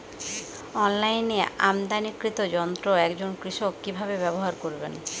অনলাইনে আমদানীকৃত যন্ত্র একজন কৃষক কিভাবে ব্যবহার করবেন?